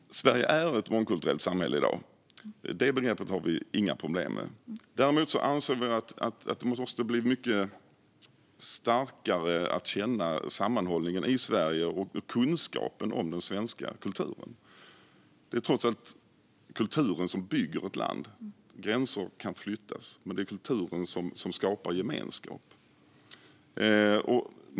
Fru talman! Sverige är ett mångkulturellt samhälle i dag. Det begreppet har vi inga problem med. Däremot anser vi att känslan av sammanhållning i Sverige och kunskapen om den svenska kulturen måste bli mycket starkare. Det är trots allt kulturen som bygger ett land. Gränser kan flyttas, men det är kulturen som skapar gemenskap.